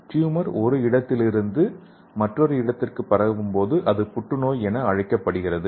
tumour ஒரு இடத்திலிருந்து மற்றொரு இடத்திற்கு பரவும் போது அது புற்று நோய் என அழைக்கப்படுகிறது